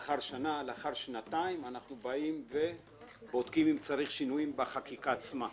לאחר שנה או לאחר שנתיים נבדוק אם צריך שינויים בחקיקה עצמה.